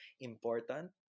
important